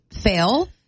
fail